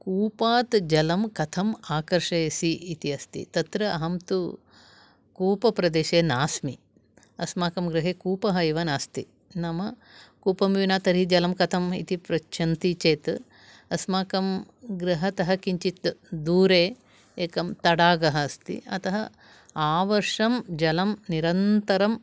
कूपात् जलं कथम् आकर्षयसि इति अस्ति तत्र अहं तु कूपप्रदेशे नास्मि अस्माकं गृहे कूपः एव नास्ति नाम कूपं विना तर्हि जलं कथम् इति पृच्छन्ति चेत् अस्माकं गृहतः किञ्चित् दूरे एकं तडागः अस्ति अतः आवर्षं जलं निरन्तरं